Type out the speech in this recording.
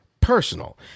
Personal